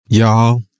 Y'all